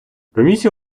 комісія